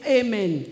amen